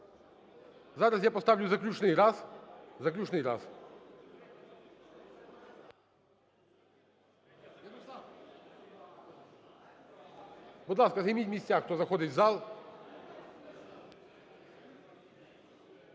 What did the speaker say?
Зараз я поставлю заключний раз, заключний раз. Будь ласка, займіть місця, хто заходить в зал.